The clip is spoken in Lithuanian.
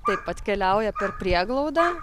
taip atkeliauja per prieglaudą